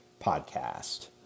podcast